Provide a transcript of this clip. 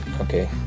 Okay